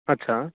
అచ్చా